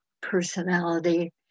personality